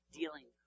dealing